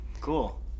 Cool